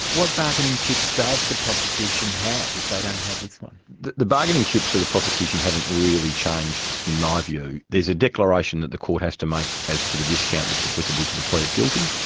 what bargaining chips does the prosecution have if they don't have this one? the the bargaining chips of the prosecution haven't really changed, in my view. there's a declaration that the court has to make as to the discount that's applicable to the plea of guilty,